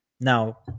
Now